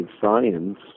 science